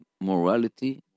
morality